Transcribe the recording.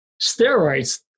steroids